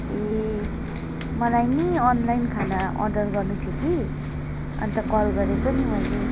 ए मलाई नि अनलाइन खाना अर्डर गर्नु थियो कि अन्त कल गरेको नि मैले